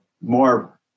more